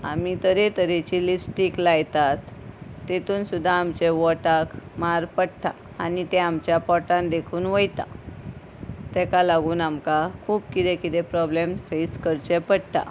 आमी तरे तरेची लिपस्टीक लायतात तेतून सुद्दां आमच्या वॉटाक मार पडटा आनी ते आमच्या पोटान देखून वयता तेका लागून आमकां खूब कितें कितें प्रोब्लेम फेस करचें पडटा